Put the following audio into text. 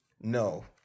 No